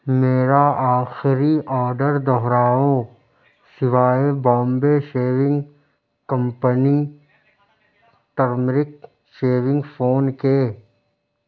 میرا آخری آڈر دوہراؤ سوائے Bombay shaving company turmeric shaving phone کے